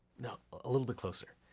no, a little bit closer.